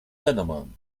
gentlemen